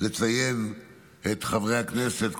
לציין את חברי הכנסת.